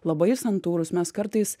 labai santūrus mes kartais